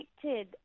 connected